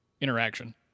interaction